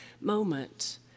moment